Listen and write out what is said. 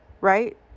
right